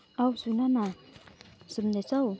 औ सुनन सुन्दैछौ